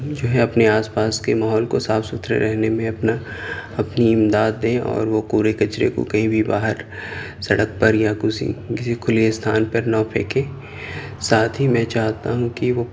جو ہے اپنے آس پاس کے ماحول کو صاف ستھرے رہنے میں اپنا اپنی امداد دیں اور وہ کوڑے کچرے کو کہیں بھی باہر سڑک پر یا کسی کھلی استھان پر نہ پھیکے ساتھ ہی میں چاہتا ہوں کہ وہ